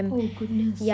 oh goodness